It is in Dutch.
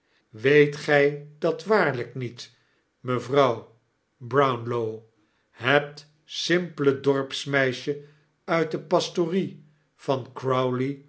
weet gij dat waarlijk niet mevrouw brownlow het simpele dorpsmeisje uit de pastorie van